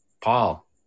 Paul